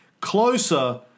closer